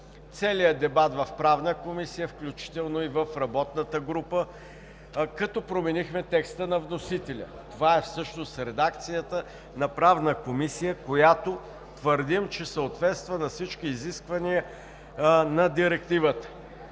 целия дебат в Правната комисия, включително и в работната група, като променихме текста на вносителя. Това всъщност е редакцията на Правната комисия, която твърдим, че съответства на всички изисквания на Директивата.